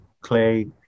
Clay